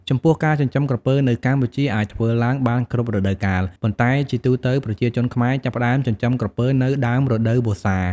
ចំពោះការចិញ្ចឹមក្រពើនៅកម្ពុជាអាចធ្វើឡើងបានគ្រប់រដូវកាល ប៉ុន្តែជាទូទៅ ប្រជាជនខ្មែរចាប់ផ្ដើមចិញ្ចឹមក្រពើនៅ ដើមរដូវវស្សា។